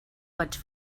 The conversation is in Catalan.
vaig